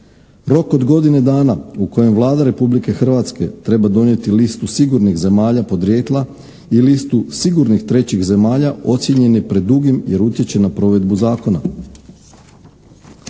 Rok od godine dana u kojem Vlada Republike Hrvatske treba donijeti listu sigurnih zemalja podrijetla i listu sigurnih trećih zemalja ocijenjen je predugim jer utječe na provedbu zakona.